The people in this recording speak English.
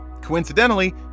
coincidentally